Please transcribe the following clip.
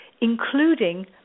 including